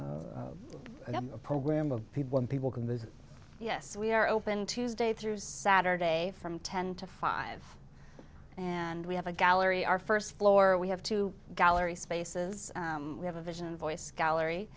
n a program of people and people can visit yes we are open tuesday through saturday from ten to five and we have a gallery our first floor we have two gallery spaces we have a vision and voice gallery